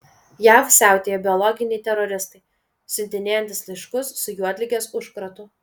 jav siautėja biologiniai teroristai siuntinėjantys laiškus su juodligės užkratu